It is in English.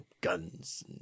guns